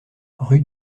rue